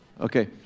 okay